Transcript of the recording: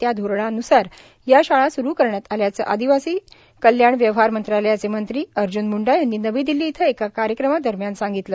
त्या धोरणान्सार या शाळा स्रु करण्यात आल्याच आदिवासी कल्याण व्यवहार मंत्रालयाचे मंत्री अर्ज्न म्ंडा यांनी नवी दिल्ली इथ एका कार्यक्रमादरम्यान सांगितलं